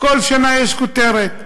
בכל שנה יש כותרת,